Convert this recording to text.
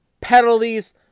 penalties